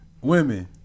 Women